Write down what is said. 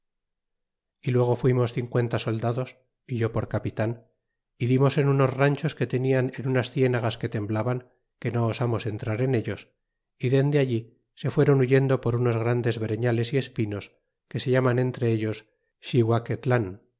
y luego fuimos cincuenta soldados é yo por capitan dimos en unos ranchos que tenian en unas cienagas que temblaban que no osamos entrar en ellos y dende allí se fuaron huyendo por unos grandes breñales y espinos que se llaman entre ellos